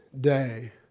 day